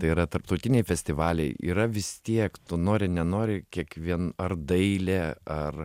tai yra tarptautiniai festivaliai yra vis tiek tu nori nenori kiekvien ar dailė ar